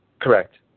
Correct